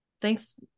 Thanks